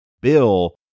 Bill